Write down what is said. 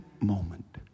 moment